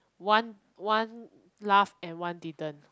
one one laugh and one didn't